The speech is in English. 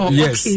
yes